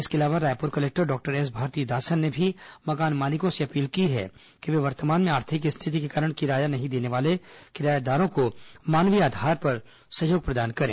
इसके अलावा Raipur collector doctor S Bharathidasan ने भी मकान मालिकों से अपील की है कि वर्तमान में आर्थिक स्थिति के कारण किराया नहीं देने वाले किरायेदारों को मानवीय आधार पर सहयोग प्रदान करें